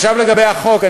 עכשיו לגבי החוק.